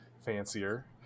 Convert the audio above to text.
fancier